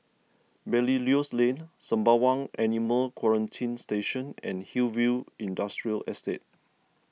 Belilios Lane Sembawang Animal Quarantine Station and Hillview Industrial Estate